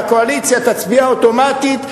והקואליציה תצביע אוטומטית,